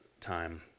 time